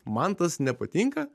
man tas nepatinka